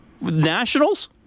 Nationals